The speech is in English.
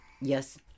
yes